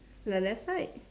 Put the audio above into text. the left side